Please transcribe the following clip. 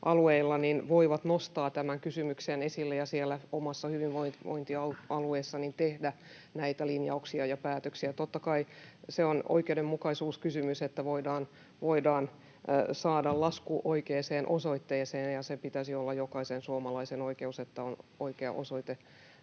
voivat nostaa tämän kysymyksen esille ja siellä omalla hyvinvointialueellaan tehdä näitä linjauksia ja päätöksiä. Totta kai se on oikeudenmukaisuuskysymys, että voidaan saada lasku oikeaan osoitteeseen, ja sen pitäisi olla jokaisen suomalaisen oikeus, että on oikea osoite